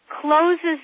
closes